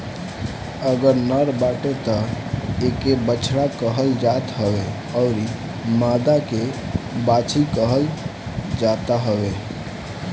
अगर नर बाटे तअ एके बछड़ा कहल जात हवे अउरी मादा के बाछी कहल जाता हवे